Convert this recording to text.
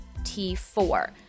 t4